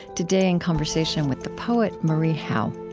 today, in conversation with the poet marie howe.